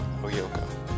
Oyoko